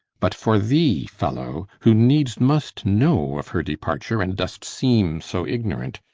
but for thee, fellow, who needs must know of her departure and dost seem so ignorant,